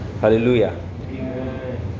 Hallelujah